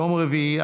יום רביעי,